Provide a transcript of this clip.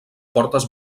portes